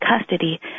custody